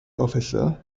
officer